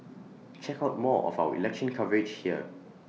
check out more of our election coverage here